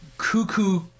cuckoo